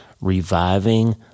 reviving